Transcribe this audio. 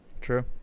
True